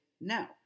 no